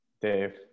Dave